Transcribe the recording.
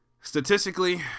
Statistically